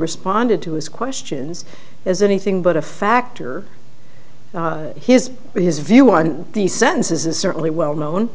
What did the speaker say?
responded to his questions as anything but a factor his but his view on these sentences is certainly well known